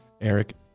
Eric